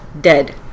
Dead